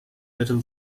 little